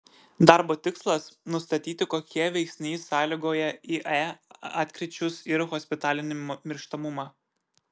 darbo tikslas nustatyti kokie veiksniai sąlygoja ie atkryčius ir hospitalinį mirštamumą